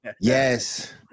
Yes